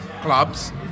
clubs